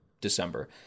December